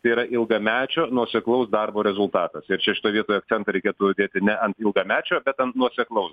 tai yra ilgamečio nuoseklaus darbo rezultatas ir čia šitoj vietoj akcentą reikėtų dėti ne ant ilgamečio bet ant nuoseklaus